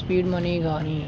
speed money కానీ